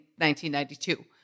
1992